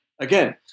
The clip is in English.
again